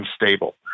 unstable